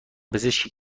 پزشکی